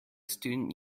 student